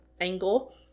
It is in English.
angle